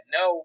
no